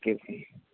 okay